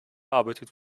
arbeitet